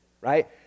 right